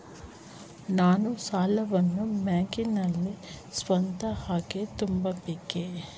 ನಾನು ಸಾಲವನ್ನು ಬ್ಯಾಂಕಿನಲ್ಲಿ ಸ್ವತಃ ಹೋಗಿ ತುಂಬಬೇಕೇ?